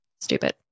Stupid